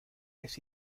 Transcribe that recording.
les